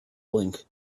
link